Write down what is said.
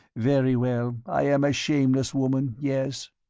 very well, i am a shameless woman, yes.